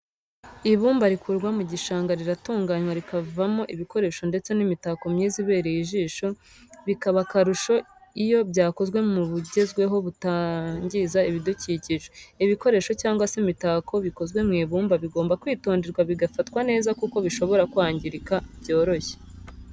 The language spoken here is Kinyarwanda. Ibumba rikurwa mu gishanga riratunganywa rikavamo ibikoresho ndetse n'imitako myiza ibereye ijisho bikaba akarusho iyo byakozwe mu buryo bugezweho butangiza ibidukikije. ibikoresho cyangwa se imitako bikozwe mu ibumba bigomba kwitonderwa bigafatwa neza kuko bishobora kwangirika byoroshye.